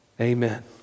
Amen